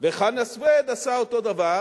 וחנא סוייד עשה אותו דבר